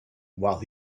while